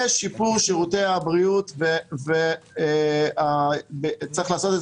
שיפור שירותי הבריאות צריך לעשות את